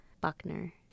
Buckner